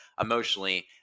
emotionally